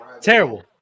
terrible